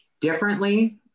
differently